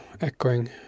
echoing